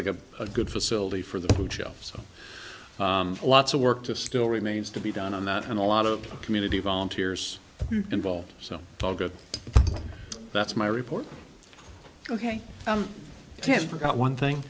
like a good facility for the food shelf so lots of work to still remains to be done on that and a lot of community volunteers involved so that's my report ok tim forgot one thing